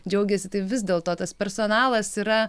džiaugėsi tai vis dėl to tas personalas yra